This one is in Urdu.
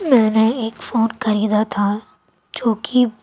میں نے ایک فون خریدا تھا جو کہ